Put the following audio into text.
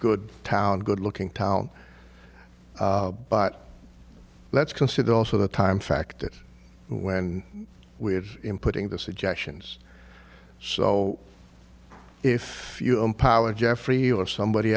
good town good looking town but let's consider also the time factor when we had him putting the suggestions so if you empower jeffrey or somebody